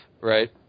Right